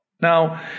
Now